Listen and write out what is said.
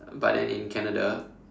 but then in Canada